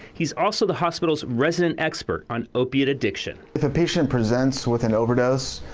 he's also the hospital's resident expert on opiate addiction. if a patient presents with an overdose,